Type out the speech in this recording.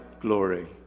glory